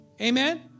Amen